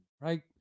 right